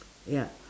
ya